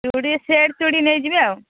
ଚୁଡ଼ି ସେଟ୍ ଚୁଡ଼ି ନେଇଯିବେ ଆଉ